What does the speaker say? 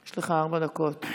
יש לך ארבע דקות.